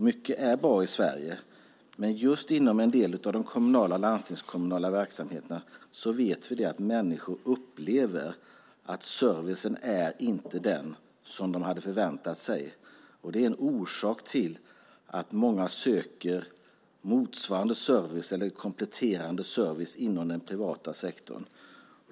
Mycket är bra i Sverige, men i en del av de kommunala och landstingskommunala verksamheterna vet vi att människor upplever att servicen inte är den de har förväntat sig. Det är en orsak till att många söker motsvarande service eller kompletterande service inom den privata sektorn.